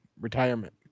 retirement